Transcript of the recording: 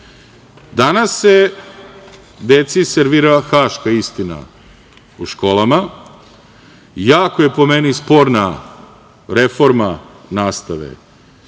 nešto. Danas se deci servira haška istina u školama. Jako je, po meni, sporna reforma nastave